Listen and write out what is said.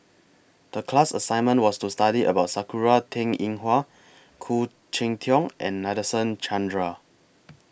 The class assignment was to study about Sakura Teng Ying Hua Khoo Cheng Tiong and Nadasen Chandra